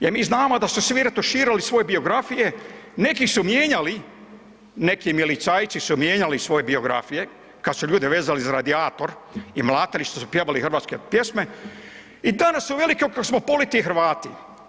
Jer mi znamo da su svi retuširali svoje biografije, neki su mijenjali, neki milicajci su mijenjali svoje biografije kad su ljude vezali za radijator i mlatili što su pjevali hrvatske pjesme i danas su veliki kozmopoliti i Hrvati.